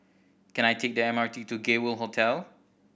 can I take the M R T to Gay World Hotel